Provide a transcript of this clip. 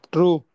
True